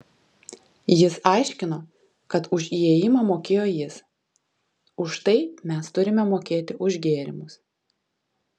jis aiškino kad už įėjimą mokėjo jis už tai mes turime mokėti už gėrimus